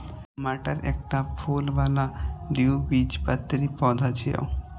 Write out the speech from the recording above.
मटर एकटा फूल बला द्विबीजपत्री पौधा छियै